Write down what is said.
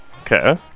Okay